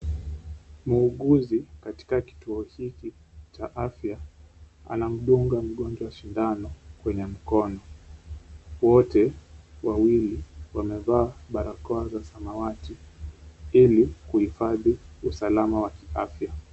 Muuguzi katika kituo hiki cha afya anamdunga mgonjwa sindano kwenye mkono. Wote wawili wamevaa barakoa za samawati ili kuhifadhi usalama wa kiafya.